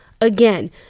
again